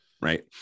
right